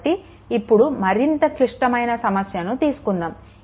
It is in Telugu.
కాబట్టి ఇప్పుడు మరింత క్లిష్టమైన సమస్యను తీసుకుందాము